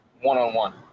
one-on-one